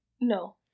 No